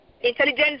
intelligence